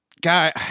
guy